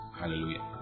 hallelujah